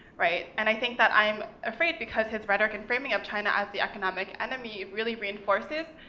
right? and i think that i'm afraid, because his rhetoric and framing of china as the economic enemy really reinforces,